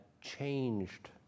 changed